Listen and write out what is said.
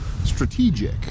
Strategic